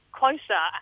closer